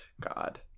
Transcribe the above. God